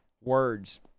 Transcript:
words